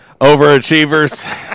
Overachievers